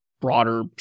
broader